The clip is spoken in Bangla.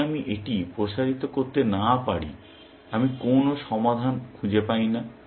যদি আমি এটি প্রসারিত করতে না পারি আমি কোন সমাধান খুঁজে পাই না